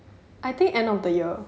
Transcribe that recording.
I think end of the year